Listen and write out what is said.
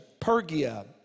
Pergia